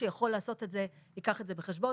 שיכול לעשות את זה ייקח את זה בחשבון,